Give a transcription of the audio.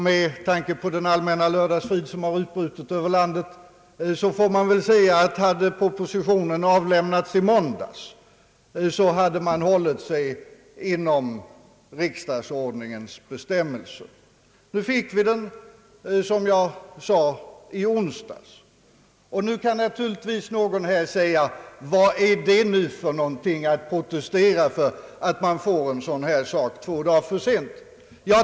Med tanke på den allmänna lördagsfrid som utbrutit över landet får man väl säga att om propositionen avlämnats i måndags så hade man hållit sig inom riksdagsordningens bestämmelser. Nu fick vi den, som jag sade, i onsdags. Naturligtvis kan någon här säga: Vad är det för någonting att protestera för att man får en sådan här sak två dagar för sent!